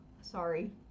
sorry